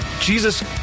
Jesus